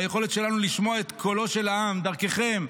והיכולת שלנו לשמוע את קולו של העם דרככם,